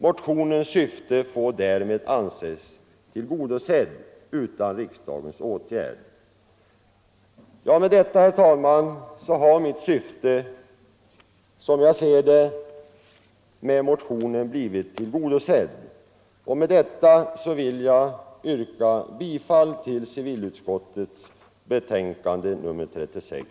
Motionens syfte får därmed anses tillgodosett utan en riksdagens åtgärd.” Mitt syfte med motionen har därmed blivit tillgodosett. Herr talman! Med det anförda vill jag på alla punkter yrka bifall till civilutskottets hemställan i betänkande nr 36.